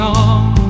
on